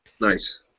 Nice